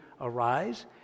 Arise